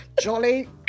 Jolly